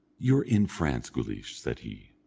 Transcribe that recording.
you're in france, guleesh, said he.